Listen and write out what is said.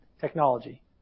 technology